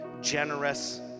generous